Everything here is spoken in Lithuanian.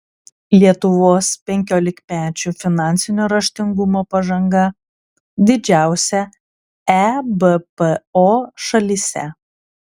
lietuvos penkiolikmečių finansinio raštingumo pažanga didžiausia ebpo šalyse